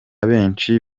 benshi